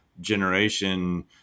generation